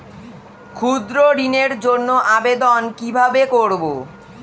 ক্ষুদ্র ঋণের জন্য আবেদন কিভাবে করব?